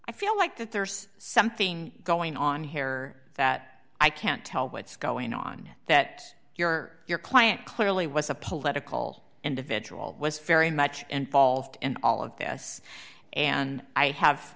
i feel like that there's something going on here that i can't tell what's going on that you're your client clearly was a political individual was very much and fault and all of this and i have